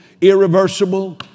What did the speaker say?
irreversible